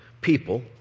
people